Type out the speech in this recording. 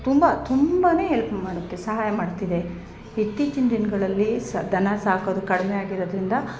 ತುಂಬ ತುಂಬಾ ಎಲ್ಪ್ ಮಾಡುತ್ತೆ ಸಹಾಯ ಮಾಡ್ತಿದೆ ಇತೀಚಿನ ದಿನಗಳಲ್ಲಿ ಸಹ ದನ ಸಾಕೋದು ಕಡಿಮೆ ಆಗಿರೋದರಿಂದ